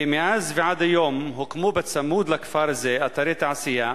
מאז ועד היום הוקמו בצמוד לכפר זה אתרי תעשייה